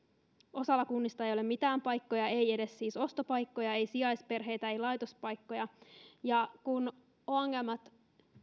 osalla kunnista ei ole mitään paikkoja ei siis edes ostopaikkoja ei sijaisperheitä ei laitospaikkoja ja kuitenkin kun ongelmat